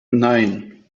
nein